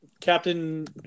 Captain